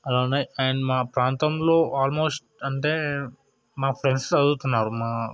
అలా ఉన్నాయి అండ్ మా ప్రాంతంలో ఆల్మోస్ట్ అంటే మా ఫ్రెండ్స్ చదువుతున్నారు మా